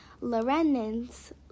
Lorenz